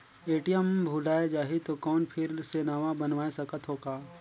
ATM भुलाये जाही तो कौन फिर से नवा बनवाय सकत हो का?